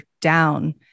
down